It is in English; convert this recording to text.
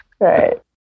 Right